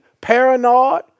paranoid